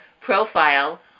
profile